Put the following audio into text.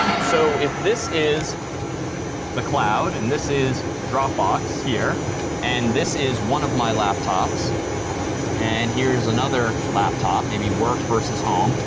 so if this is the cloud and this is dropbox here and this is one of my laptops and here's another laptop, maybe work versus home,